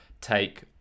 take